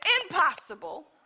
impossible